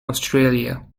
australia